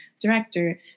director